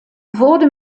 wurde